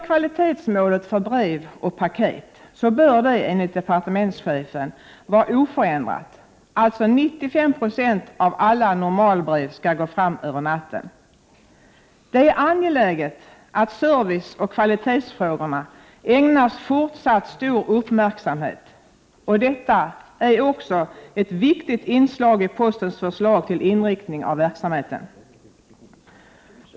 Kvalitetsmålet för brev och paket bör, enligt departementschefen, vara oförändrat, alltså att 95 26 av alla normalbrev skall gå fram över natten. Det är angeläget att serviceoch kvalitetsfrågorna ägnas fortsatt stor uppmärksamhet. Detta är också ett viktigt inslag i postens förslag till inriktning av verksamheten.